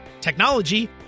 technology